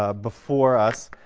ah before us,